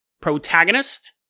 protagonist